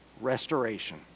restoration